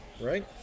right